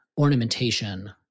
ornamentation